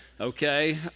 Okay